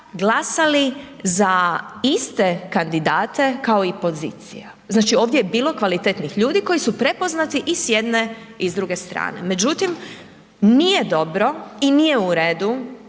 glasali za iste kandidate kao i pozicija. Znači ovdje je bilo kvalitetnih ljudi koji su prepoznati i s jedne i s druge strane. Međutim, nije dobro i nije u redu